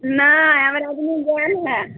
नहि हमर आदमी गेल हय